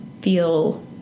feel